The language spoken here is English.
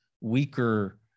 weaker